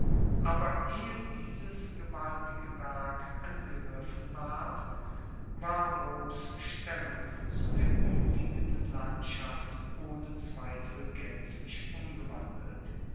aber ehe dieses gewaltige werk angegriffen ward war roms stellung zu der umliegenden landschaft ohne zweifel gaenzlich umgewandelt